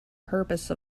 purpose